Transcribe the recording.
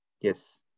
Yes